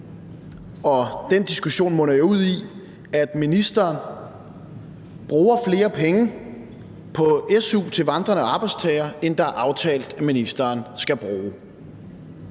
og den diskussion munder jo ud i, at ministeren bruger flere penge på su til vandrende arbejdstagere, end det er aftalt at ministeren skal bruge.